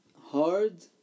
hard